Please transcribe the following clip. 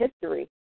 history